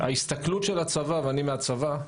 ההסתכלות של הצבא, ואני מהצבא,